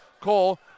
Cole